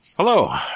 Hello